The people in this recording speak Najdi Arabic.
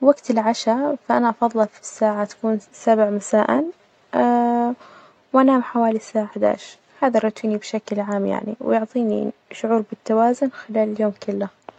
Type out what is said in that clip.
وجت العشا، فأنا أفضله تكون سبع مساء وأنام حوالي الساعة إحدعش، هذا روتيني بشكل عام يعني ويعطيني شعور بالتوازن خلال اليوم كله.